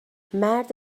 مرد